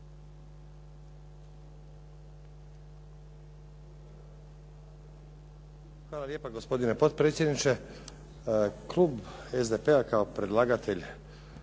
Hvala lijepa gospodine potpredsjedniče. Klub SDP-a kao predlagatelj